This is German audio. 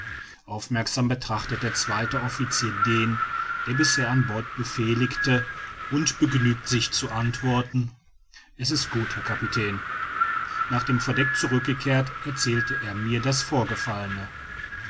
aufmerksam betrachtet der zweite officier den der bisher an bord befehligte und begnügt sich zu antworten es ist gut herr kapitän nach dem verdeck zurückgekehrt erzählt er mir das vorgefallene